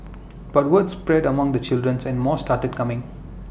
but word spread among the children's and more started coming